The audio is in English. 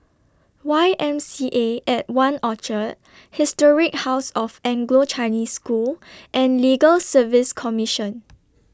Y M C A At one Orchard Historic House of Anglo Chinese School and Legal Service Commission